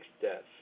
deaths